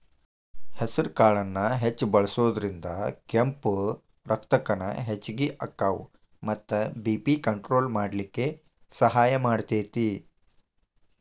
ಹೆಸರಕಾಳನ್ನ ಹೆಚ್ಚ್ ಬಳಸೋದ್ರಿಂದ ಕೆಂಪ್ ರಕ್ತಕಣ ಹೆಚ್ಚಗಿ ಅಕ್ಕಾವ ಮತ್ತ ಬಿ.ಪಿ ಕಂಟ್ರೋಲ್ ಮಾಡ್ಲಿಕ್ಕೆ ಸಹಾಯ ಮಾಡ್ತೆತಿ